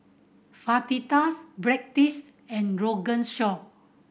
Fajitas Breadsticks and Rogan Josh